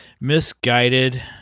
misguided